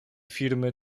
firmy